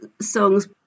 songs